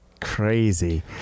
Crazy